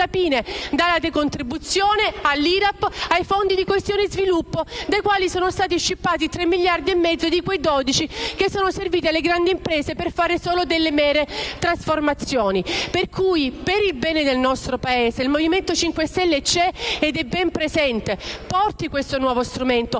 dalla decontribuzione all'IRAP, ai fondi di coesione e sviluppo, dai quali sono stati scippati 3,5 miliardi dei 12, che sono serviti alle grandi imprese per fare solo mere trasformazioni. Per il bene del nostro Paese il Movimento 5 Stelle c'è ed è ben presente: porti questo nuovo strumento,